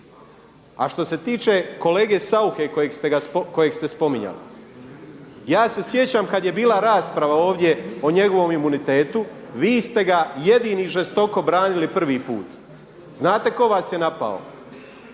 A što se tiče kolege Sauche kojeg ste spominjali. Ja se sjećam kada je bila rasprava ovdje o njegovom imunitetu, vi ste ga jedini žestoko branili prvi put. Znate tko vas je napao?